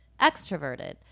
extroverted